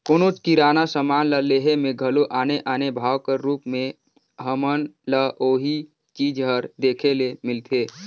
कोनोच किराना समान ल लेहे में घलो आने आने भाव कर रूप में हमन ल ओही चीज हर देखे ले मिलथे